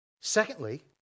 Secondly